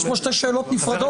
יש פה שתי שאלות נפרדות.